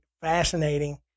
fascinating